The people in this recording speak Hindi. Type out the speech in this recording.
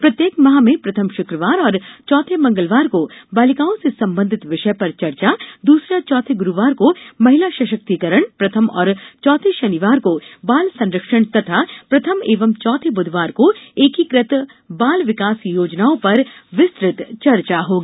प्रत्येक माह के प्रथम शुक्रवार और चौथे मंगलवार को बालिकाओं से संबंधित विषय पर चर्चा दूसरे और चौथे गुरुवार को महिला सशक्तिकरण प्रथम और चौथे शनिवार को बाल संरक्षण तथा प्रथम एवं चौथे बुधवार को एकीकृत बाल विकास योजनाओं पर विस्तृत चर्चा होगी